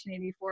1984